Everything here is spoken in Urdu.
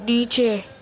نیچے